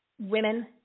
women